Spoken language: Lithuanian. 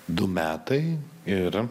du metai ir